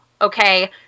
Okay